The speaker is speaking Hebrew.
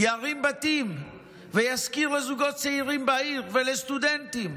ירים בתים וישכיר לזוגות צעירים בעיר ולסטודנטים.